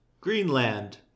Greenland